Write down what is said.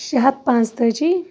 شےٚ ہَتھ پانٛژتٲجی